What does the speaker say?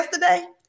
yesterday